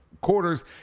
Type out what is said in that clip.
quarters